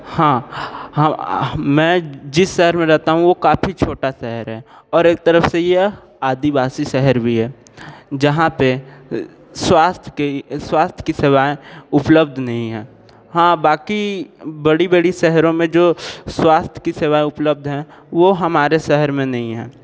हाँ मैं जिस शहर में रहता हूँ वो काफ़ी छोटा शहर है और एक तरफ से यह आदिवासी शहर भी है जहाँ पे स्वास्थ्य के स्वास्थ्य की सेवाएं उपलब्ध नहीं हैं हाँ बाकी बड़ी बड़ी शहरों में जो स्वास्थ्य की सेवाएं उपलब्ध हैं वो हमारे शहर में नहीं हैं